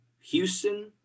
Houston